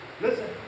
listen